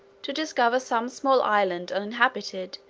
to discover some small island uninhabited,